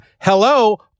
hello